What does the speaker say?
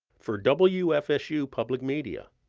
for wfsu public media,